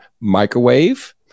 microwave